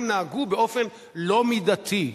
הם נהגו באופן לא מידתי.